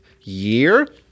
year